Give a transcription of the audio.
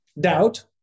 doubt